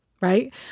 right